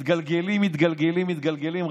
מתגלגלים, מתגלגלים, מתגלגלים.